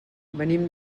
venim